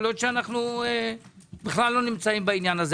יכול להיות שאנו לא נמצאים בזה.